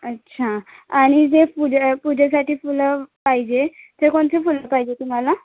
अच्छा आणि जे पूजे पूजेसाठी फुलं पाहिजे ते कोणते फुलं पाहिजे तुम्हाला